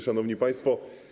Szanowni Państwo!